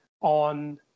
on